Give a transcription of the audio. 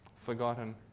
forgotten